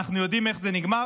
ואנחנו יודעים איך זה נגמר.